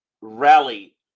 rally